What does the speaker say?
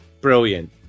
brilliant